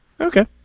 Okay